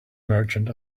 merchant